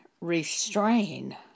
restrain